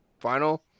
final